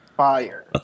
fire